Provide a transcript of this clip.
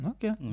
Okay